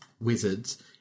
Wizards